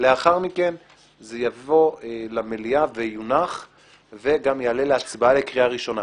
לאחר מכן זה יונח במליאה ויעלה להצבעה לקריאה ראשונה.